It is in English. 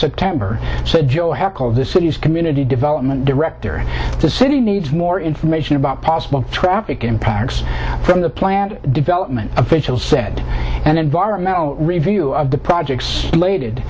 city's community development director the city needs more information about possible traffic impacts from the plant development official said and environmental review of the projects related